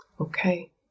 Okay